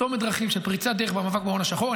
צומת דרכים ופריצת דרך במאבק בהון השחור.